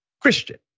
Christian